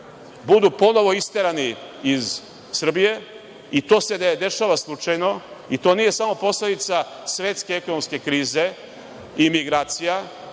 budu ponovo isterani iz Srbije i to se ne dešava slučajno i to nije samo posledica svetske ekonomske krize i migracija,